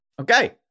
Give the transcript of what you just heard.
Okay